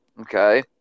Okay